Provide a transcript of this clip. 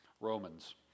Romans